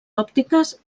òptiques